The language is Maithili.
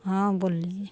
हँ बोललिए